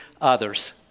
others